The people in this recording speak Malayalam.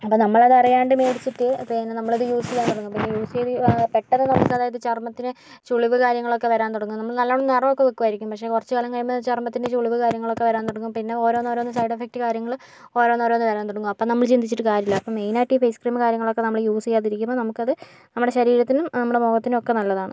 അപ്പം നമ്മൾ അത് അറിയാണ്ട് മേടിച്ചിട്ട് പിന്നെ നമ്മളത് യൂസ് ചെയ്യാൻ തൊടങ്ങും പിന്നെ യൂസ് ചെയ്ത് പെട്ടെന്ന് നമുക്ക് അതായത് ചർമ്മത്തിന് ചുളിവ് കാര്യങ്ങളൊക്കെ വരാൻ തുടങ്ങും നമ്മള് നല്ലോണം നിറമൊക്കെ വെക്കുമായിരിക്കും പക്ഷേ കൊറച്ചു കാലം കഴിയുമ്പോൾ ചർമ്മത്തിന് ചുളിവ് കാര്യങ്ങളൊക്കെ വരാൻ തുടങ്ങും പിന്നെ ഓരോന്നോരോന്ന് സൈഡ് എഫക്ട് കാര്യങ്ങൾ ഓരോന്നോരോന്ന് വരാൻ തുടങ്ങും അപ്പം നമ്മള് ചിന്തിച്ചിട്ട് കാര്യല്ല അപ്പം മെയിനായിട്ട് ഫെയ്സ്ക്രീമ് കാര്യങ്ങളൊക്കെ നമ്മള് യൂസ് ചെയ്യാതിരിക്കുമ്പോൾ നമുക്കത് നമ്മുടെ ശരീരത്തിനും നമ്മുടെ മുഖത്തിനുമൊക്കെ നല്ലതാണ്